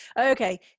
okay